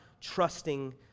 trusting